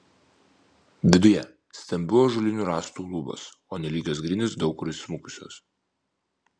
viduje stambių ąžuolinių rąstų lubos o nelygios grindys daug kur įsmukusios